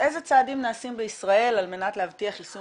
איזה צעדים נעשים בישראל על מנת להבטיח יישום